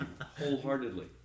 wholeheartedly